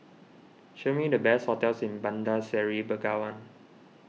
show me the best hotels in Bandar Seri Begawan